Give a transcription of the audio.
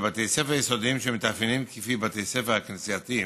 לבתי ספר יסודיים שמתאפיינים כפי בתי הספר הכנסייתיים,